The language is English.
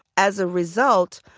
as a result,